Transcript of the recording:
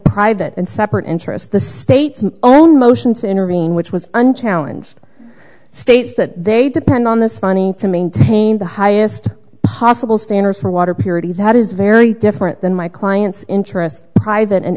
private and separate interest the state's own motion to intervene which was unchallenged states that they depend on this funny to maintain the highest possible standards for water purity that is very different than my client's interests private and